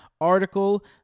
article